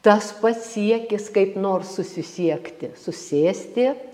tas pats siekis kaip nors susisiekti susėsti